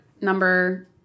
number